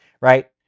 right